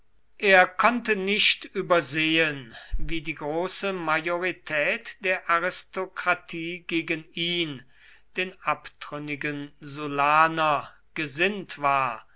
er konnte nicht übersehen wie die große majorität der aristokratie gegen ihn den abtrünnigen sullaner gesinnt war